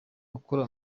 akora